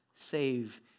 save